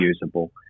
usable